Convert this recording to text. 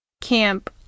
Camp